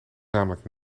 namelijk